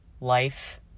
life